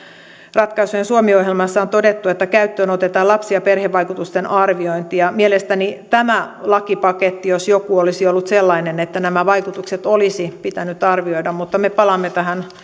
ratkaisujen suomi ohjelmassa on todettu että käyttöön otetaan lapsi ja perhevaikutusten arviointi ja mielestäni tämä lakipaketti jos mikä olisi ollut sellainen että nämä vaikutukset olisi pitänyt arvioida mutta me palaamme tähän